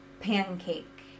pancake